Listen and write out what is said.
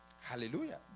Hallelujah